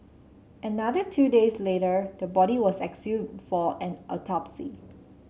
another two days later the body was exhumed for an autopsy